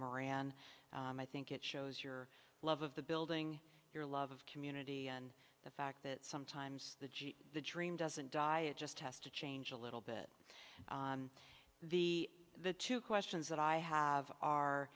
moran i think it shows your love of the building your love of community and the fact that sometimes the the dream doesn't die it just has to change a little bit the the two questions that i have